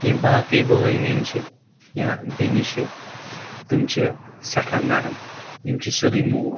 تہٕ یِم باقٕے بٲے میٲنۍ چھِ یا بیٚنہِ چھِ تِم چھِ سٮ۪ٹھاہ نَرِم یِم چھِ سیوٚدٕے موم